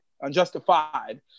unjustified